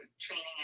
training